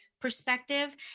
perspective